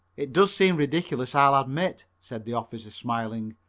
it does seem ridiculous, i'll admit, said the officer, smiling,